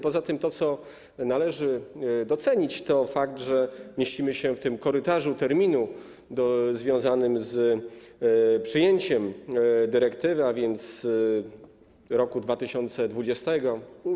Poza tym to, co należy docenić, to fakt, że mieścimy się w tym korytarzu dotyczącym terminu, związanym z przyjęciem dyrektywy, a więc roku 2020,